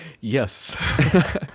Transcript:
Yes